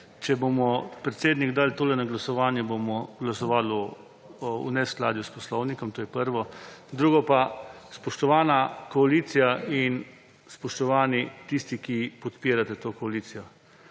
če bomo, predsednik, dali to na glasovanje, bomo glasovali v neskladju s poslovnikom, to je prvo. Drugo pa, spoštovana koalicija in spoštovani tisti, ki podpirate to koalicijo.